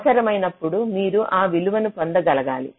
అవసరమైనప్పుడు మీరు ఆ విలువను పొందగలగాలి